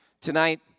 Tonight